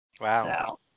Wow